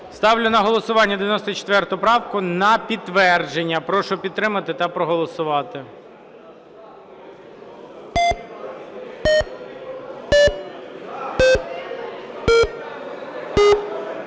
Ставлю на голосування 94 правку на підтвердження. Прошу підтримати та проголосувати.